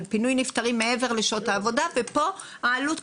על פינוי נפטרים מעבר לשעות העבודה ופה העלות,